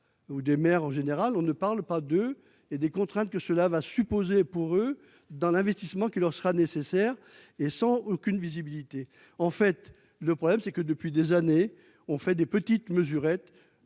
ou des maires en général on ne parle pas de et des contraintes que cela va supposer pour eux dans l'investissement qui leur sera nécessaire, et sans aucune visibilité. En fait le problème c'est que depuis des années, on fait des petites mesurettes